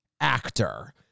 actor